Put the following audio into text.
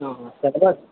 syllabus